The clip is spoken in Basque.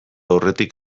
aurretik